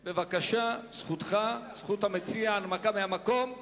בבקשה, זכותך, זכות המציע, הנמקה מהמקום.